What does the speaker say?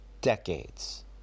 decades